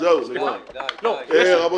זהו, גמרנו.